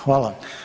Hvala.